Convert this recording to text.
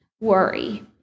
Worry